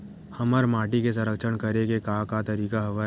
हमर माटी के संरक्षण करेके का का तरीका हवय?